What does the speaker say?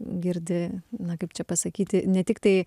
girdi na kaip čia pasakyti ne tik tai